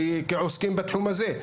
כעוסקים בתחום הזה,